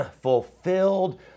fulfilled